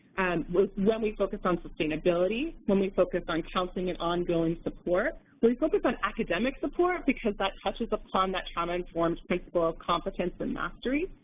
and when when we focus on sustainability, when we focus on counseling and ongoing support, when we focus on academic support, because that touches upon that trauma-informed principle of competence and mastery.